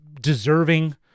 deserving